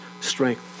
strength